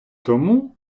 тому